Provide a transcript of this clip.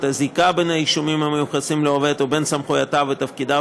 את הזיקה בין האישומים המיוחסים לעובד ובין סמכויותיו ותפקידיו